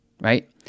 Right